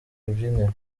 rubyiniro